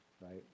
right